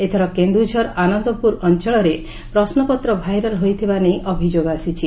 ଏଥର କେନ୍ଦୁଝର ଆନନ୍ଦପୁର ଅଞଳରେ ପ୍ରଶ୍ୱପତ୍ର ଭାଇରାଲ୍ ହୋଇଥିବା ନେଇ ଅଭିଯୋଗ ଆସିଛି